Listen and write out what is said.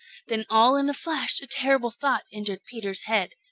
then all in a flash a terrible thought entered peter's head.